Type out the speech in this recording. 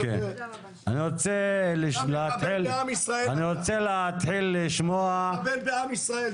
אני רוצה להתחיל לשמוע --- אתה מחבל בעם ישראל,